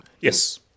Yes